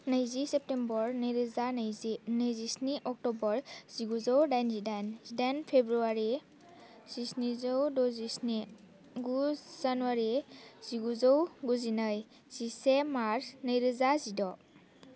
नैजि सेप्तेम्बर नैरोजा नैजि नैजिस्नि अक्ट'बर जिगुजौ दाइनजिदाइन जिदाइन फेब्रुवारि जिस्निजौ द'जिस्नि गु जानुवारि जिगुजौ गुजिनै जिसे मार्च नैरोजा जिद'